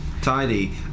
Tidy